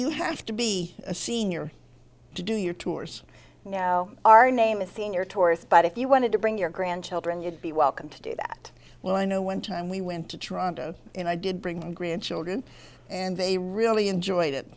you have to be a senior to do your tours now our name is senior tourist but if you wanted to bring your grandchildren you'd be welcome to do that well i know one time we went to toronto and i did bring my grandchildren and they really enjoyed it